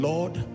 Lord